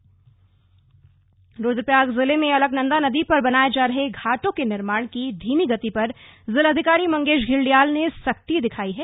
black list Rudraprayag जिले में अलकनंदा नदी पर बनाए जा रहे घाटों के निर्माण की धीमी गति पर जिलाधिकारी मंगेश घिल्डियाल ने सख्ती दिखाई है